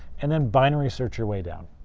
and then binary search your way down.